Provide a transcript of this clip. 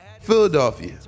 Philadelphia